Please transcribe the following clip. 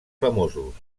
famosos